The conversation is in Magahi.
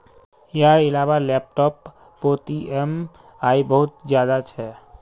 यार इलाबा लैपटॉप पोत ई ऍम आई बहुत ज्यादा छे